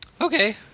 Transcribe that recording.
Okay